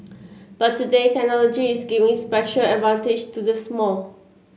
but today technology is giving special advantage to the small